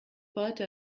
pote